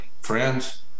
friends